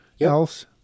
else